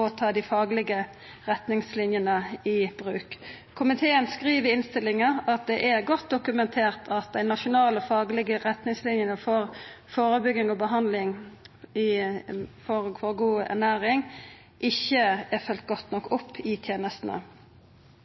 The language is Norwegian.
å ta dei faglege retningslinjene i bruk. Komiteen skriv i innstillinga at det er godt dokumentert at dei nasjonale faglege retningslinjene for førebygging og behandling av underernæring ikkje er følgde godt nok opp i tenestene.